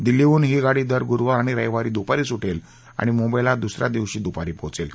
दिल्लीहून ही गाडी दर गुरुवार आणि रविवारी दुपारी सुटेल आणि मुंबईला दुसऱ्या दिवशी सकाळी पोहोचेल